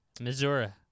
Missouri